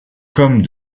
comme